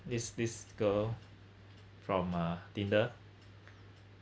this this girl from uh dinner